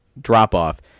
drop-off